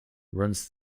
runs